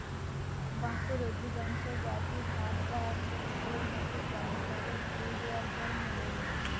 বাঁশের অধিকাংশ জাতই ষাট বা একশ বছরের মধ্যে জমকালো ফুল দিয়ার পর মোরে যায়